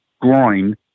groin